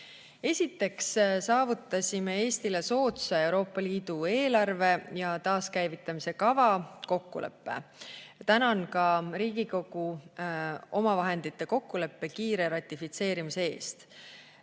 Esiteks saavutasime Eestile soodsa Euroopa Liidu eelarve ja taaskäivitamise kava kokkuleppe. Tänan ka Riigikogu omavahendite kokkuleppe kiire ratifitseerimise eest.